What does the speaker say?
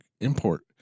import